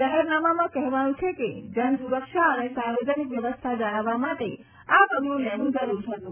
જાહેરનામામાં કહેવાયું છે કે જન સુરક્ષા અને સાર્વજનિક વ્યવસ્થા જાળવવા માટે આ પગલુ લેવુ જરૂરી હતું